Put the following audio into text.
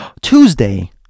tuesday